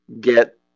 get